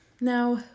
Now